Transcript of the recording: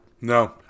No